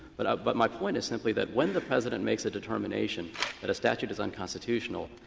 but but my point is simply that when the president makes a determination that a statute is unconstitutional,